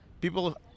people